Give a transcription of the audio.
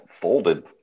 folded